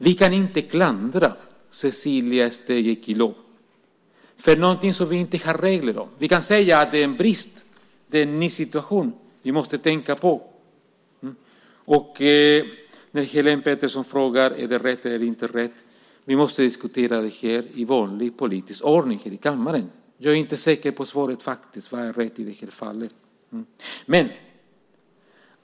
Vi kan inte klandra Cecilia Stegö Chilò för någonting vi inte har regler om. Vi kan säga att det är en brist och en ny situation som vi måste tänka på. Helene Petersson i Stockaryd frågar om det är rätt eller inte rätt. Vi måste diskutera det i vanlig politisk ordning här i kammaren. Jag är faktiskt inte säker på svaret i det här fallet.